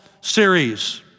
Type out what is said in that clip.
series